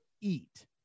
eat